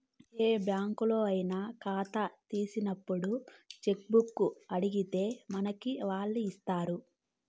ఏ బ్యాంకులోనయినా కాతా తీసినప్పుడు చెక్కుబుక్కునడిగితే మనకి వాల్లిస్తారు